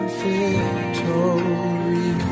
victory